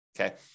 okay